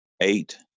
eight